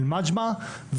אלמג'מה,